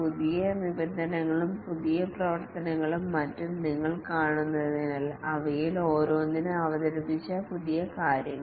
പുതിയ നിബന്ധനകളും പുതിയ പ്രവർത്തനങ്ങളും മറ്റും നിങ്ങൾ കാണുന്നതിനാൽ അവയിൽ ഓരോന്നും അവതരിപ്പിച്ച പുതിയ കാര്യങ്ങൾ